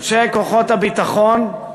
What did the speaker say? אנשי כוחות הביטחון,